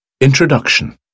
Introduction